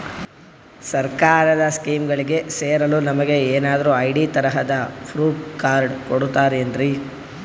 ಸರ್ಕಾರದ ಸ್ಕೀಮ್ಗಳಿಗೆ ಸೇರಲು ನಮಗೆ ಏನಾದ್ರು ಐ.ಡಿ ತರಹದ ಪ್ರೂಫ್ ಕಾರ್ಡ್ ಕೊಡುತ್ತಾರೆನ್ರಿ?